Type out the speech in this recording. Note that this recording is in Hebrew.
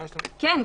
כן.